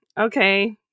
okay